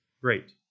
great